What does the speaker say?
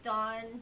Dawn